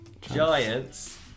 Giants